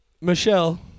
Michelle